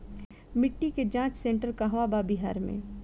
मिटी के जाच सेन्टर कहवा बा बिहार में?